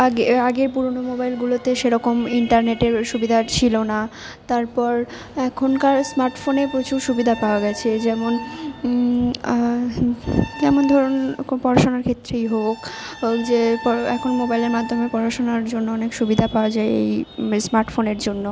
আগে আগের পুরোনো মোবাইলগুলোতে সেরকম ইন্টারনেটের সুবিধা ছিলো না তারপর এখনকার স্মার্টফোনে প্রচুর সুবিধা পাওয়া গেছে যেমন যেমন ধরুন একম পড়াশুনার ক্ষেত্রেই হোক যে পো এখন মোবাইলের মাধ্যমে পড়াশুনার জন্য অনেক সুবিধা পাওয়া যায় এই স্মার্টফোনের জন্য